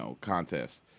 contest